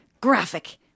graphic